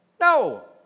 No